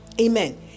Amen